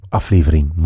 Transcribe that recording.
aflevering